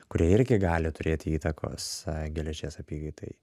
kurie irgi gali turėti įtakos geležies apykaitai